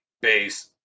base